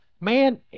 man